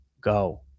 go